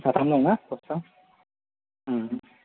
साथामल'ना पस्टआ